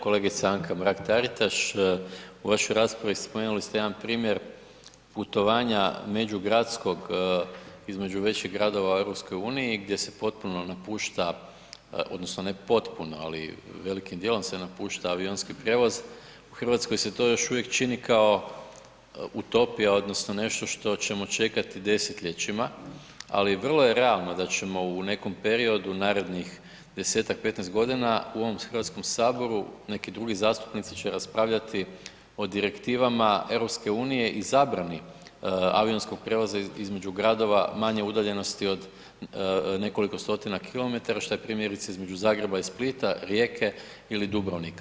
Kolegice Anka Mrak Taritaš u vašoj raspravi imali ste jedan primjer putovanja međugradskog između većih gradova u EU gdje se potpuno napušta odnosno ne potpuno ali velikim dijelom se napušta avionski prijevoz, u Hrvatskoj se to još uvijek čini kao utopija odnosno nešto što ćemo čekati desetljećima, ali vrlo je realno da ćemo u nekom periodu narednih 10-15 godina u ovom Hrvatskom saboru neki drugi zastupnici će raspravljati o direktivama EU i zabrani avionskog prijevoza između gradova manje udaljenosti od nekoliko stotina kilometara šta je primjerice između Zagreba i Splita, Rijeka ili Dubrovnika.